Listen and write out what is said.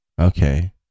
Okay